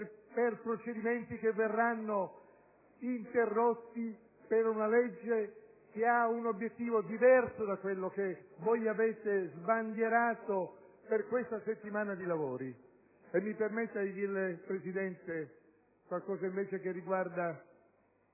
per procedimenti che verranno interrotti a causa di una legge che ha un obiettivo diverso da quello che avete sbandierato in questa settimana di lavori. Mi permetta ora di dirle, signor Presidente, qualcosa che invece riguarda